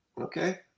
Okay